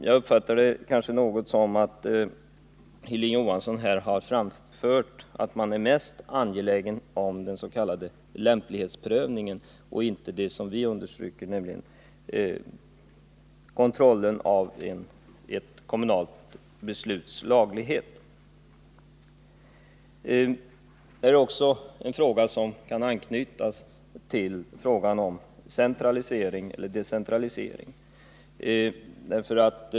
Jag uppfattade det Hilding Johansson här framfört så, att man är mest angelägen om den s.k. lämplighetsprövningen och inte tänker så mycket på det som vi understryker, nämligen kontrollen av ett kommunalt besluts laglighet. Det är också en fråga som kan anknytas till frågan om centralisering eller decentralisering.